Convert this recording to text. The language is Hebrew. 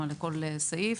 לכל סעיף,